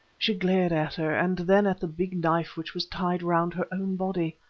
she glared at her and then at the big knife which was tied round her own body.